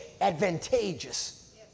advantageous